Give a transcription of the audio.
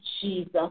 Jesus